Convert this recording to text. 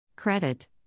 Credit